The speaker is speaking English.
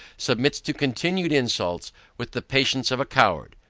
submits to continued insults with the patience of a coward.